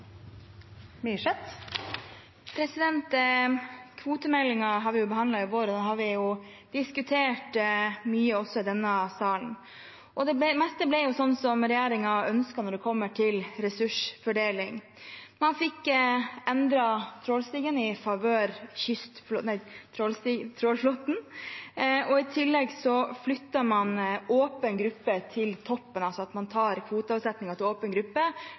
vi i vår, og den har vi jo diskutert mye også i denne salen. Det meste ble sånn som regjeringen ønsket når det kommer til ressursfordeling. Man fikk endret trålflåten i favør av kystflåten, og i tillegg flyttet man åpen gruppe til toppen, altså at man tar kvoteavsettingen til åpen gruppe